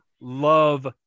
love